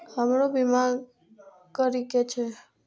हमरो बीमा करीके छः?